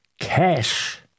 cash